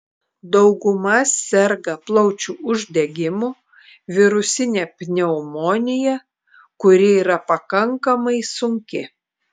dauguma serga plaučių uždegimu virusine pneumonija kuri yra pakankamai sunki